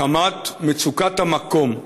מחמת מצוקת המקום,